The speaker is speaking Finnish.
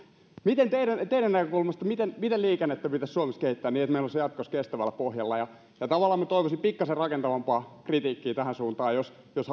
miten teidän teidän näkökulmastanne liikennettä pitäisi suomessa kehittää niin että se olisi meillä jatkossa kestävällä pohjalla minä toivoisin tavallaan pikkasen rakentavampaa kritiikkiä tähän suuntaan jos jos